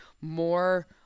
more